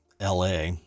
LA